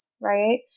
right